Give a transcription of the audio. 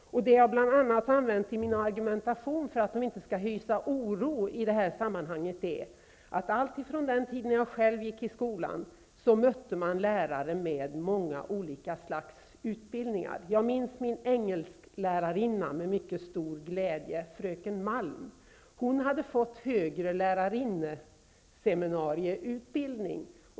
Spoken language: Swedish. Det jag bl.a. har använt till min argumentation för att de inte skall hysa oro är att man alltid från den tid då jag själv gick i skolan har mött lärare med många olika slags utbildningar. Jag minns min engelsklärarinna, fröken Malm, med mycket stor glädje. Hon hade fått högre lärarinneseminarieutbildning.